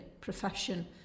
profession